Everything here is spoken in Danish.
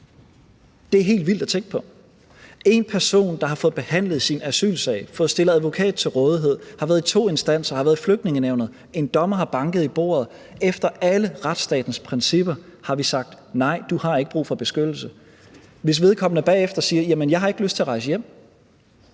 det er helt vildt at tænke på. Til én person, der har fået behandlet sin asylsag, har fået stillet advokat til rådighed, har været i to instanser, har været i Flygtningenævnet, og hvor en dommer har banket i bordet – efter alle retsstatens principper – har vi sagt: Nej, du har ikke brug for beskyttelse. Hvis vedkommende bagefter siger, at vedkommende ikke har lyst til at rejse hjem,